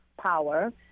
power